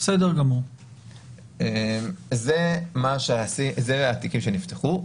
אלה התיקים שנפתחו.